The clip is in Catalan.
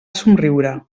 somriure